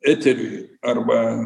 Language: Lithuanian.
eteriui arba